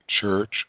Church